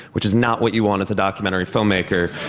which is not what you want as a documentary filmmaker,